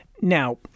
Now